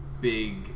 big